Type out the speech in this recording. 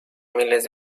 miles